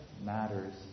matters